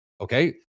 Okay